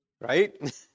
Right